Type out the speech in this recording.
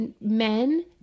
men